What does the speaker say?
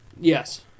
Yes